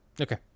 Okay